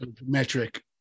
metric